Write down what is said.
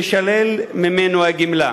תישלל ממנו הגמלה.